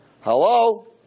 hello